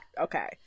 Okay